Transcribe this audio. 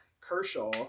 Kershaw